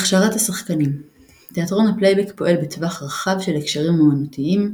הכשרת השחקנים תיאטרון הפלייבק פועל בטווח רחב של הקשרים אומנותיים,